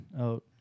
out